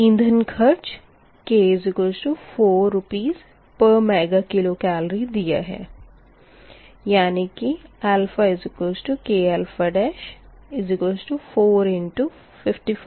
ईंधन खर्च k4 RsMkCal दिया है यानी कि ak4×555622224